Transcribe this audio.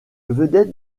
vedette